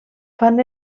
fan